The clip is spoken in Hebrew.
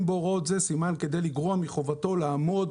בהוראות אלה סימן כדי לגרוע מחובתו לעמוד.